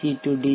C D